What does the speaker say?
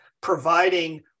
providing